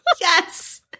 Yes